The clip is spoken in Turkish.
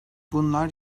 bunlar